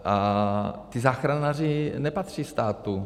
A ti záchranáři nepatří státu.